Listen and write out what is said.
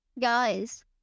Guys